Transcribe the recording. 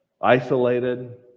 isolated